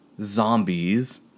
zombies